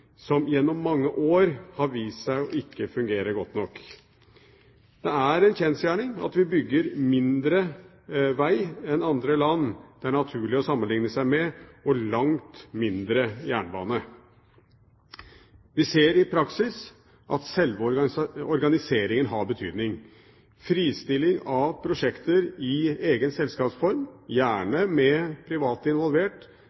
som gjennom mange år har vist seg ikke å fungere godt nok? Det er en kjensgjerning at vi bygger mindre vei enn andre land det er naturlig å sammenligne seg med, og langt mindre jernbane. Vi ser i praksis at selve organiseringen har betydning: Ved fristilling av prosjekter i egen selskapsform